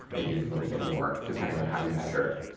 maybe a little bit more, depending on how you measure.